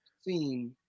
scene